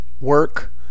work